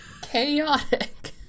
chaotic